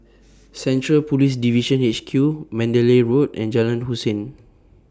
Central Police Division H Q Mandalay Road and Jalan Hussein